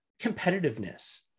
competitiveness